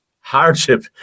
hardship